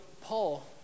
Paul